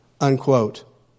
unquote